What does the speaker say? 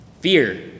Fear